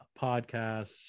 Podcasts